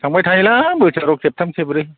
थांबायथायोलां बोसोराव खेबथाम खेबब्रै